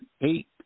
eight